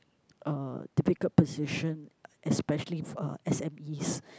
uh difficult position especially uh S_M_Es